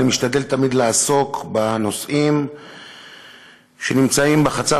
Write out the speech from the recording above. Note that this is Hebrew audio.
אני משתדל תמיד לעסוק בנושאים שנמצאים בחצר